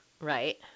Right